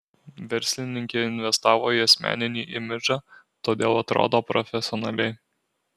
verslininkė investavo į asmeninį imidžą todėl atrodo profesionaliai